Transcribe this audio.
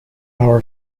our